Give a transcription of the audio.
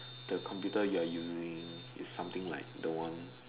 the computer you are using is something like the one